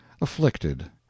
afflicted